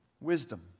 Wisdom